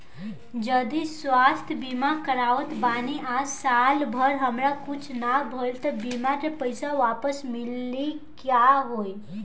जदि स्वास्थ्य बीमा करावत बानी आ साल भर हमरा कुछ ना भइल त बीमा के पईसा वापस मिली की का होई?